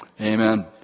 Amen